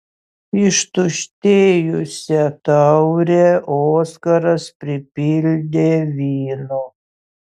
ištuštėjusią taurę oskaras pripildė vynu